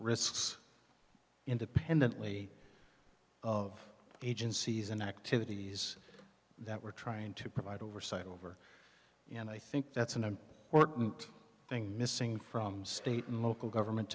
risks independently of agencies and activities that we're trying to provide oversight over and i think that's another thing missing from state and local government